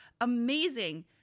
amazing